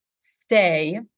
stay